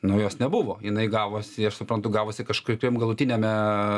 nu jos nebuvo jinai gavosi aš suprantu gavosi kažkokiam galutiniame